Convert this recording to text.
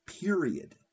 Period